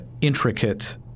intricate